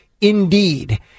indeed